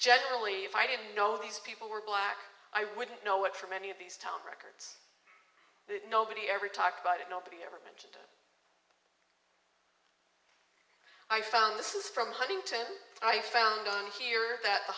generally if i didn't know these people were black i wouldn't know it from any of these town records that nobody ever talked about it nobody ever mentioned it i found this is from huntington i found here that the